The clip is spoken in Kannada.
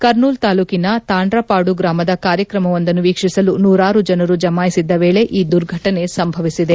ಕರ್ನೂಲ್ ತಾಲೂಃನ ತಾಂಡ್ರಪಾಡು ಗ್ರಮದ ಕಾರ್ಯಕ್ರಮವೊಂದನ್ನು ವೀಕ್ಷಿಸಲು ನೂರಾರು ಜನರು ಜಮಾಯಿಸಿದ್ಗ ವೇಳೆ ಈ ದುರ್ಘಟನೆ ಸಂಭವಿಸಿದೆ